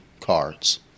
cards